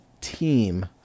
team